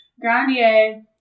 Grandier